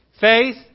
Faith